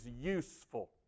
useful